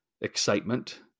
excitement